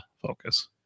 focus